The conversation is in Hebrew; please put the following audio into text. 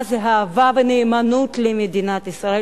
מה זה אהבה ונאמנות למדינת ישראל,